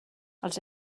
els